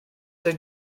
drwy